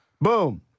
Boom